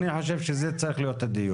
אני חושב שזה צריך להיות הדיון.